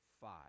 five